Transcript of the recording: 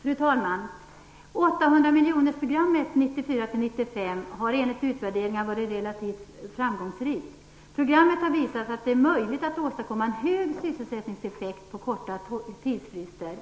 Fru talman! 800-miljonersprogrammet 1994/95 har enligt utvärderingar varit relativt framgångsrikt. Programmet har visat att det är möjligt att åstadkomma en hög sysselsättningseffekt vid korta tidsfrister.